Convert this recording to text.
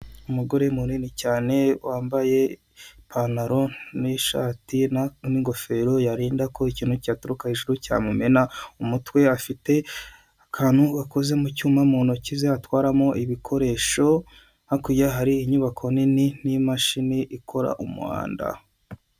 Umugore munini cyane wambaye ipantaro n'ishati n'ingofero yarinda ko ikintu cyaturuka hejuru cyamumena umutwe afite. Akantu gakoze mu cyuma mu ntoki zitwaramo ibikoresho hakurya hari inyubako nini n'imashini ikora umuhanda.